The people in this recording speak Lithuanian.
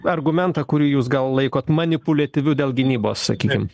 argumentą kurį jūs gal laikot manipuliatyviu dėl gynybos sakykim